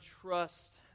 trust